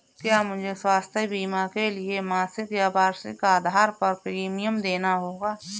क्या मुझे स्वास्थ्य बीमा के लिए मासिक या वार्षिक आधार पर प्रीमियम देना होगा?